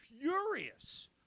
furious